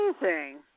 amazing